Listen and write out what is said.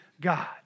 God